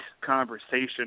Conversation